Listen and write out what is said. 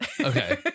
okay